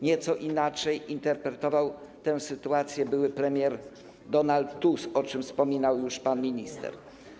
Nieco inaczej interpretował tę sytuację były premier Donald Tusk, o czym wspominał już pan minister.